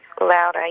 loud